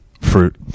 fruit